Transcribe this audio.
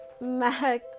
Mac